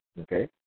okay